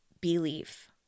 belief